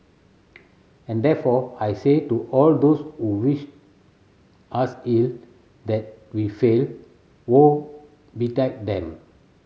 and therefore I say to all those who wish us ill that we fail woe betide them